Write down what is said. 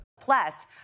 Plus